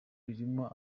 ririmo